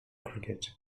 cricket